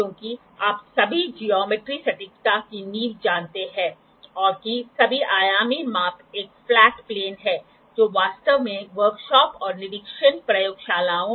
दो संकीर्ण सिरे एक साथ व्यक्तिगत एंगलों का योग प्रदान करते हैं जिसके संकीर्ण छोर एक दूसरे के विपरीत स्थित होता है जो घटाव एंगल प्रदान करता है